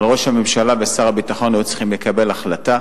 אבל ראש הממשלה ושר הביטחון היו צריכים לקבל החלטה,